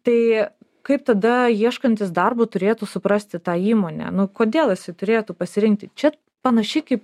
tai kaip tada ieškantys darbo turėtų suprasti tą įmonę nu kodėl jisai turėtų pasirinkti čia panašiai kaip